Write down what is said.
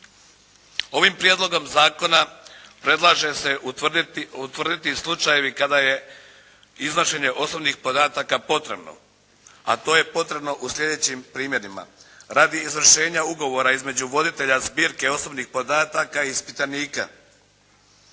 Ovim prijedlogom zakona predlaže se utvrditi slučajevi kada je iznošenje osobnih podataka potrebno, a to je potrebno u sljedećim primjerima. Radi izvršenja ugovora između voditelja zbirke osobnih podataka ispitanika,